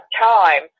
time